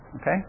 Okay